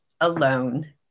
alone